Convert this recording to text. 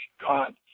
God